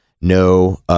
No